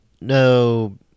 no